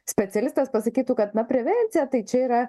specialistas pasakytų kad na prevencija tai čia yra